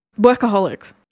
Workaholics